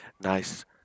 nice